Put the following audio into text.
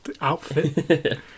outfit